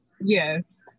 Yes